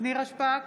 נירה שפק,